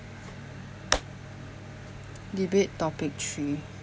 debate topic three